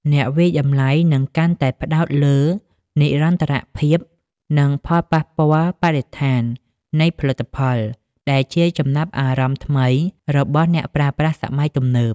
អ្នកវាយតម្លៃនឹងកាន់តែផ្តោតលើ "និរន្តរភាព" និង "ផលប៉ះពាល់បរិស្ថាន" នៃផលិតផល ដែលជាចំណាប់អារម្មណ៍ថ្មីរបស់អ្នកប្រើប្រាស់សម័យទំនើប។